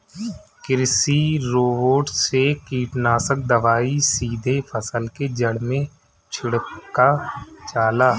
कृषि रोबोट से कीटनाशक दवाई सीधे फसल के जड़ में छिड़का जाला